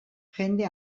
jende